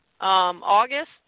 August